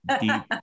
deep